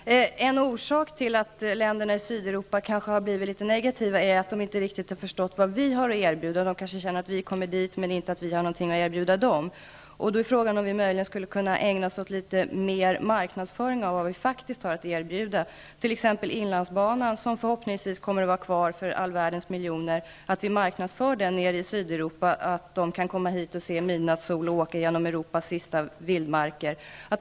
Herr talman! En orsak till att länderna i Sydeuropa kanske har blivit litet negativa är att de inte riktigt har förstått vad vi har att erbjuda. De upplever det kanske som att vi kommer till deras länder utan att ha något att erbjuda i gengäld. Frågan är om vi inte skulle kunna ägna oss litet mer åt marknadsföring för att informera om vad vi faktiskt har att erbjuda. Man kan t.ex. marknadsföra Inlandsbanan nere i Sydeuropa genom att framhålla att människor kan komma hit och se midnattssol och åka genom Europas sista vildmarker. Förhoppningsvis kommer Inlandsbanan att vara kvar efter alla miljonsatsningar.